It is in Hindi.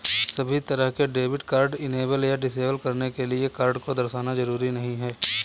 सभी तरह के डेबिट कार्ड इनेबल या डिसेबल करने के लिये कार्ड को दर्शाना जरूरी नहीं है